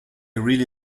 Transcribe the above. really